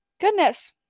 Goodness